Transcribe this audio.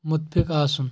مُتفِق آسُن